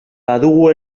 badugu